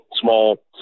small